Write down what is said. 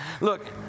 Look